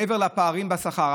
מעבר לפערים בשכר?